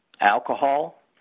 alcohol